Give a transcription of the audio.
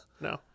No